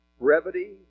brevity